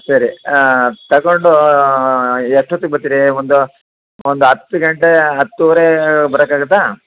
ಸರಿ ತೊಗೊಂಡು ಎಷ್ಟೂತ್ತಿಗೆ ಬರುತ್ತೀರಿ ಒಂದು ಒಂದು ಹತ್ತು ಗಂಟೆ ಹತ್ತೂವರೆ ಬರೋಕಾಗುತ್ತಾ